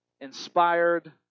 inspired